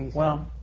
well,